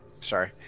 sorry